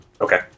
Okay